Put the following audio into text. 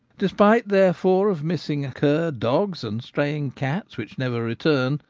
despite therefore of missing cur dogs and straying cats which never return,